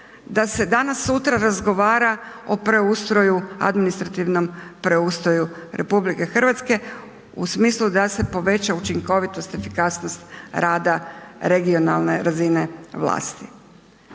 da se danas sutra razgovara o preustroju, administrativnom preustroju RH, u smislu da se poveća učinkovitost, efikasnost rada regionalne razine vlasti.